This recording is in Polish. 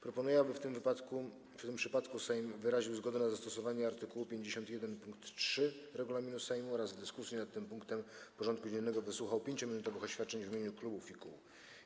Proponuję, aby w tym przypadku Sejm wyraził zgodę na zastosowanie art. 51 pkt 3 regulaminu Sejmu oraz w dyskusji nad tym punktem porządku dziennego wysłuchał 5-minutowych oświadczeń w imieniu klubów i kół.